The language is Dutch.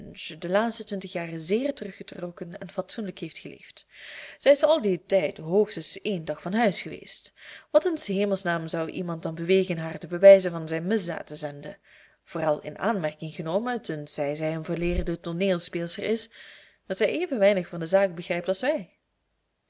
de laatste twintig jaar zeer teruggetrokken en fatsoenlijk heeft geleefd zij is al dien tijd hoogstens een dag van huis geweest wat in s hemels naam zou iemand dan bewegen haar de bewijzen van zijn misdaad te zenden vooral in aanmerking genomen tenzij zij een volleerde tooneelspeelster is dat zij even weinig van de zaak begrijpt als wij